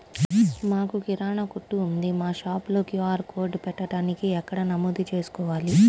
మాకు కిరాణా కొట్టు ఉంది మా షాప్లో క్యూ.ఆర్ కోడ్ పెట్టడానికి ఎక్కడ నమోదు చేసుకోవాలీ?